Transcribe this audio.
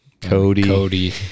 Cody